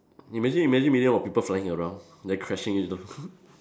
imagine imagine million of people flying around then crashing into